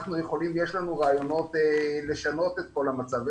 יש לנו רעיונות לשנות את כל המצב,